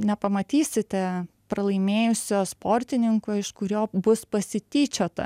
nepamatysite pralaimėjusio sportininko iš kurio bus pasityčiota